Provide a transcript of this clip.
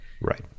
Right